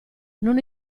non